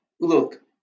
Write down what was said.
look